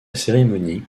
cérémonie